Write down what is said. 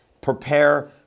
prepare